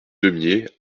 deumié